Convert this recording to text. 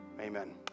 Amen